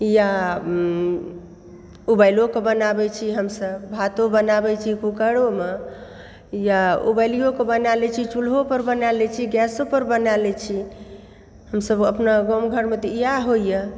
या उबालिओकऽ बनाबैत छी हमसभ भातो बनाबैत छी कुकरोमे या बालिओकऽ बना लैत छी चूल्हो पर बना लैत छी गैसो पर बना लैत छी हमसभ अपना गाँव घरमे तऽ इएह होइए